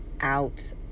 out